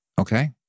Okay